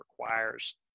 requires